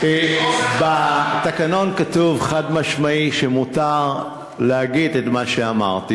בתקנון כתוב חד-משמעית שמותר להגיד את מה שאמרתי.